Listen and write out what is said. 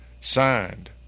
signed